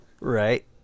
Right